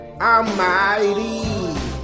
Almighty